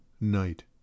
Night